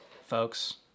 folks